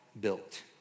built